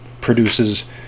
produces